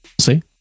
See